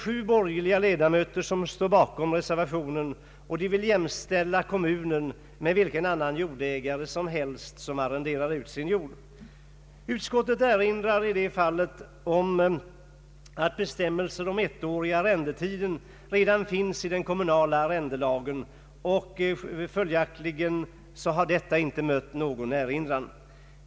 Sju borgerliga ledamöter står bakom reservationen, och de vill jämställa kommunen med vilken annan jordägare som helst som arrenderar ut sin jord. Utskottet erinrar i det fallet om att bestämmelser om ettårig arrendetid redan finns i den kommunala arrendelagen. Följaktligen har propositionens förslag i detta stycke inte mött någon erinran.